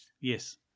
Yes